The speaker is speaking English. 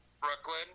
Brooklyn